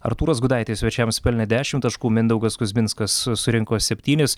artūras gudaitis svečiams pelnė dešim taškų mindaugas kuzminskas surinko septynis